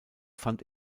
fand